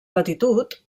latitud